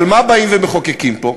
אבל מה באים ומחוקקים פה?